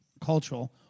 cultural